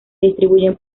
distribuyen